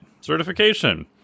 Certification